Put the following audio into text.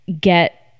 get